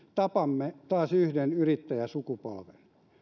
tapamme taas yhden yrittäjäsukupolven